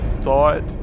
thought